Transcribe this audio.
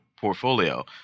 portfolio